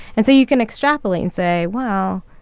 and so you can extrapolate and say, well,